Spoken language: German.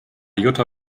jutta